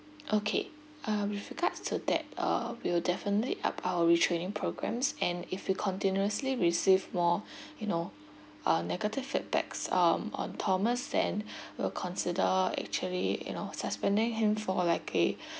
okay uh with regards to that uh we'll definitely up our retraining programs and if we continuously receive more you know uh negative feedbacks um on thomas then will consider actually you know suspending him for like a